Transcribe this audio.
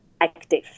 active